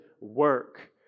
work